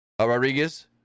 Rodriguez